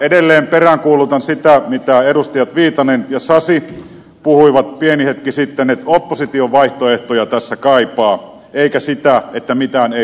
edelleen peräänkuulutan sitä mitä edustajat viitanen ja sasi puhuivat pieni hetki sitten että opposition vaihtoehtoja tässä kaipaa eikä sitä että mitään ei saa tehdä